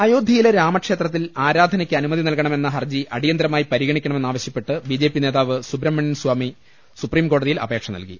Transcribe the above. അയോധ്യയിലെ രാമക്ഷേത്രത്തിൽ ആരാധനയ്ക്ക് അനുമതി നല്കണമെന്ന ഹർജി അടിയന്തരമായി പരിഗണിക്കണമെന്നാവ ശ്യപ്പെട്ട് ബി ജെ പി നേതാവ് സുബ്രഹ്മണ്യൻ സ്വാമി സുപ്രീം കോടതിയിൽ അപേക്ഷ നൽകി